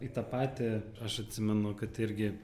į tą patį aš atsimenu kad irgi